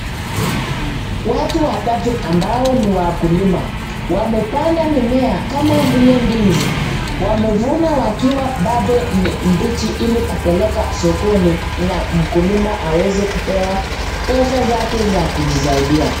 Watu watatu ambao ni wakulima wamepanda mimea kama vile ndizi wamevuna wakiwa bado ni mbichi ili kupeleka sokoni na mkulima aweze kupewa pesa zake za kujisaidia.